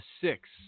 six